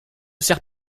serre